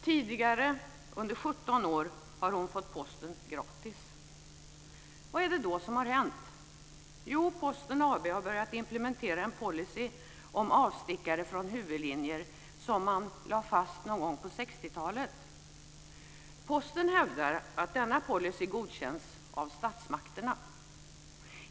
Tidigare, under 17 år, har hon fått posten gratis. Vad är det då som har hänt? Jo, Posten AB har börjat implementera en policy om avstickare från huvudlinjer som man lade fast någon gång på 60 talet. Posten hävdar att denna policy godkänts av statsmakterna.